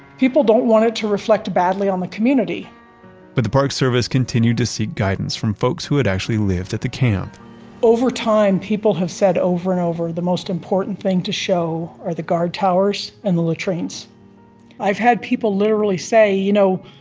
people don't want it to reflect badly on the community but the park service continued to seek guidance from folks who had actually lived at the camp over time, people have said over and over, the most important thing to show are the guard towers and the latrines i've had people literally say, you know,